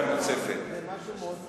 זה משהו מאוד כואב,